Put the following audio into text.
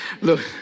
Look